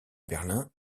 berlin